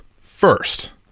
first